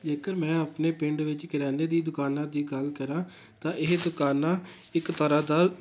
ਜੇਕਰ ਮੈਂ ਆਪਣੇ ਪਿੰਡ ਵਿੱਚ ਕਰਿਆਨੇ ਦੀ ਦੁਕਾਨਾਂ ਦੀ ਗੱਲ ਕਰਾਂ ਤਾਂ ਇਹ ਦੁਕਾਨਾਂ ਇੱਕ ਤਰ੍ਹਾਂ ਦਾ